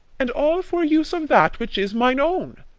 and all for use of that which is mine own.